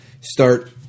start